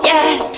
Yes